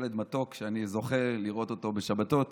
ילד מתוק שאני זוכה לראות אותו בשבתות